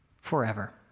Forever